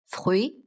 Fruit